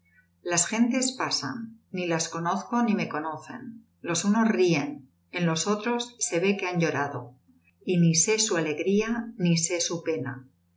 las gentes pasan ni las conozco ni me conocen los unos rien en los otros se ve que han llorado y ni sé su alegría ni sé su pena